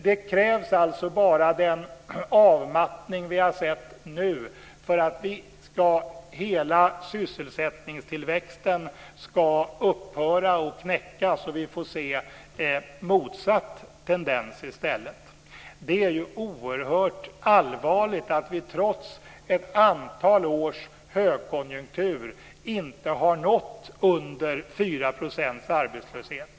Det krävs alltså bara den avmattning vi har sett nu för att hela sysselsättningstillväxten ska upphöra och knäckas, och vi får se motsatt tendens i stället. Det är ju oerhört allvarligt att vi trots ett antal års högkonjunktur inte har nått under 4 % arbetslöshet.